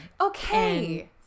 Okay